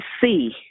see